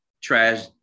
trash